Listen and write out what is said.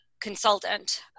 consultant